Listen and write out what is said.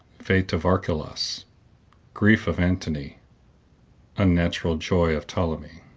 fate of archelaus grief of antony unnatural joy of ptolemy.